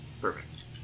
Perfect